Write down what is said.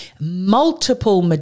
multiple